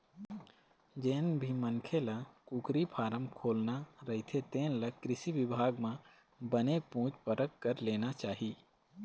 जेन भी मनखे ल कुकरी फारम खोलना रहिथे तेन ल कृषि बिभाग म बने पूछ परख कर लेना चाही